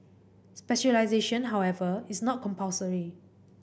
specialisation however is not compulsory